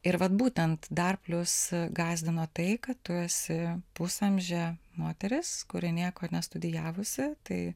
ir vat būtent dar plius gąsdino tai tu esi pusamžė moteris kuri nieko nestudijavusi tai